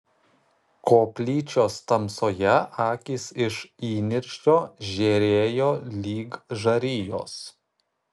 koplyčios tamsoje akys iš įniršio žėrėjo lyg žarijos